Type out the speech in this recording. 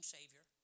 Savior